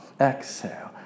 exhale